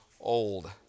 old